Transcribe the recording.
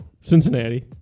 Cincinnati